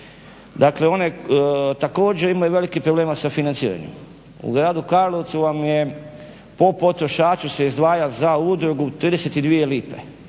Dakle, također imaju velikih problema sa financiranjem. U gradu Karlovcu vam je po potrošaču se izdvaja za udrugu 32 lipe.